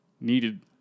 needed